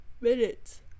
Minutes